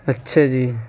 اچّھا جی